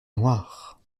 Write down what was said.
noir